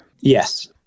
Yes